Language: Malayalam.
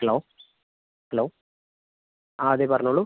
ഹലോ ഹലോ ആ അതെ പറഞ്ഞോളൂ